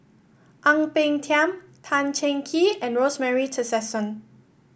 Ang Peng Tiam Tan Cheng Kee and Rosemary Tessensohn